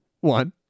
One